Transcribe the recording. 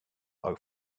are